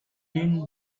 din